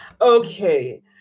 Okay